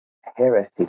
heresy